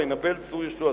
וינבל צור ישעתו".